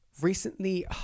recently